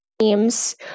teams